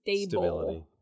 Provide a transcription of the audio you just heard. Stability